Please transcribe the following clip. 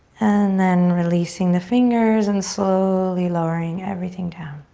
and then releasing the fingers and slowly lowering everything down.